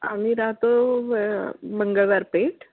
आम्ही राहतो मंगळवार पेठ